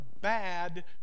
bad